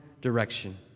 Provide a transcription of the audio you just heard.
direction